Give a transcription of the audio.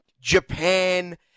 Japan